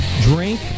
drink